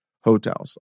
hotels